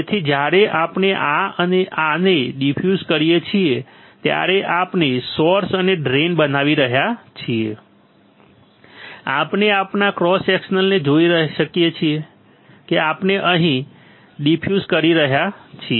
તેથી જ્યારે આપણે આ અને આને ડિફ્યુઝ કરીએ છીએ ત્યારે આપણે સોર્સ અને ડ્રેઇન બનાવી રહ્યા છીએ આપણે આપણા ક્રોસ સેક્શનને જોઈ શકીએ છીએ કે આપણે અહીં ડિફ્યુઝ કરી રહ્યા છીએ